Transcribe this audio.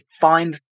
find